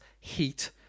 heat